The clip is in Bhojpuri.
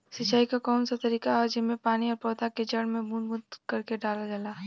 सिंचाई क कउन सा तरीका ह जेम्मे पानी और पौधा क जड़ में बूंद बूंद करके डालल जाला?